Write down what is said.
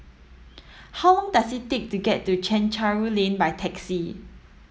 how long does it take to get to Chencharu Lane by taxi